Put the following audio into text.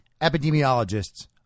epidemiologists